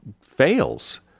fails